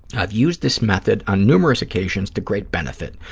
i've used this method on numerous occasions to great benefit.